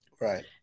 Right